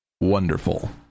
Wonderful